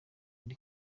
inda